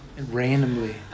Randomly